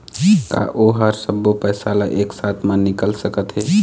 का ओ हर सब्बो पैसा ला एक साथ म निकल सकथे?